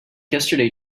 yesterday